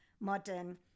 modern